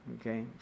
Okay